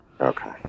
Okay